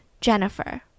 jennifer